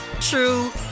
true